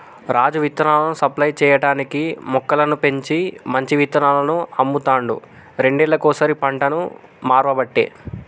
రాజు విత్తనాలను సప్లై చేయటానికీ మొక్కలను పెంచి మంచి విత్తనాలను అమ్ముతాండు రెండేళ్లకోసారి పంటను మార్వబట్టే